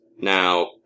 Now